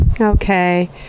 Okay